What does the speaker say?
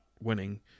winning